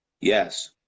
Yes